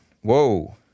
Whoa